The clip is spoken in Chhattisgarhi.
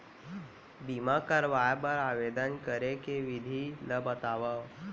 बीमा करवाय बर आवेदन करे के विधि ल बतावव?